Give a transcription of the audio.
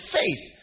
faith